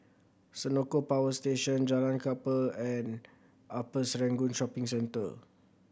Senoko Power Station Jalan Kapal and Upper Serangoon Shopping Centre